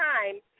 time